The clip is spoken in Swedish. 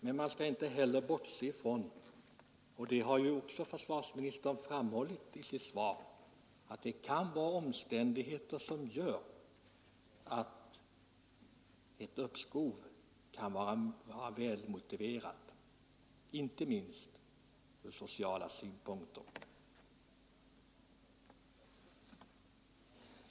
Men man skall inte heller bortse från — och det har även försvarsministern framhållit i sitt svar — att det kan vara omständigheter som gör att ett uppskov kan vara välmotiverat, inte minst ur sociala synpunkter.